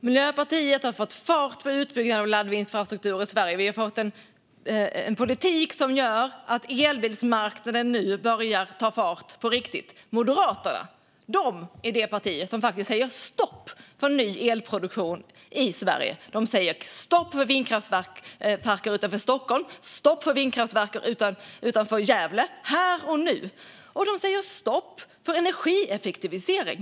Herr ålderspresident! Miljöpartiet har fått fart på utbyggnaden av laddinfrastrukturen i Sverige. Vi har fört en politik som gör att elbilsmarknaden nu börjar ta fart på riktigt. Moderaterna är det parti som säger stopp för ny elproduktion i Sverige. De säger stopp för vindkraftsparker utanför Stockholm och stopp för vindkraftsparker utanför Gävle här och nu, och de säger stopp för energieffektivisering.